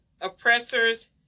oppressors